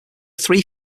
three